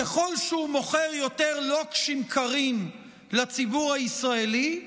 ככל שהוא מוכר יותר לוקשים קרים לציבור הישראלי,